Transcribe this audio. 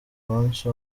umusi